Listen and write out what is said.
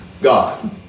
God